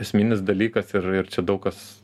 esminis dalykas ir ir čia daug kas